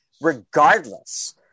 regardless